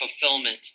fulfillment